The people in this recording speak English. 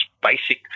basic